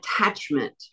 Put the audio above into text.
attachment